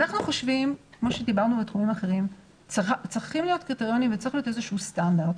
אנחנו חושבים שצריכים להיות קריטריונים וצריך להיות איזשהו סטנדרט.